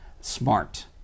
Smart